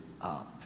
up